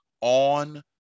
on